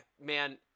man